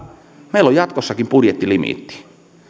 meillä on jatkossakin budjettilimiitti